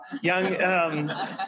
Young